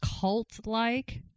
cult-like